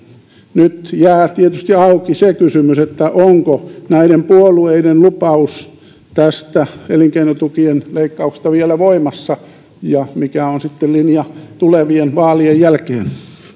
nyt jää tietysti auki se kysymys onko näiden puolueiden lupaus tästä elinkeinotukien leikkauksesta vielä voimassa ja mikä on sitten linja tulevien vaalien jälkeen